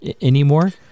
anymore